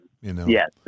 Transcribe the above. Yes